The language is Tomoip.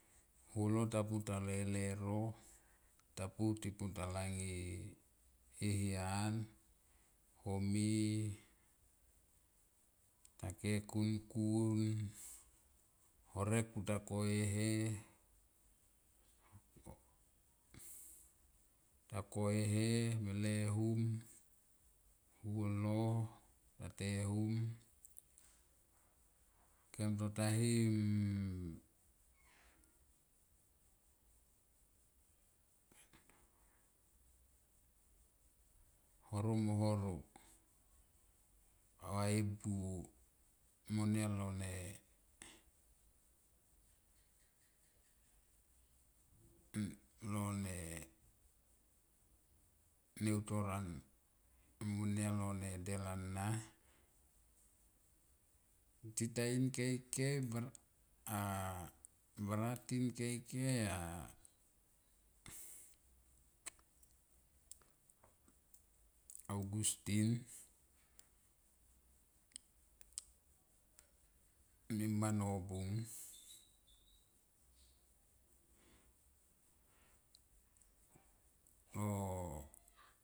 Hola ta pu tale leuro tapu tiputa lang e hian, home ta ke kunkun. Horek puta ko e he, ta ko ene mele hum holo ta te hum. Kem tota him horo mahoro vai buo mania lone lo ne ne utor monia lo elela. Tita in keikei a baranga tin keikei a agustin mima nobung ko.